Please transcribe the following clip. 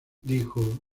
dijo